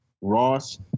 Ross